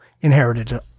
inherited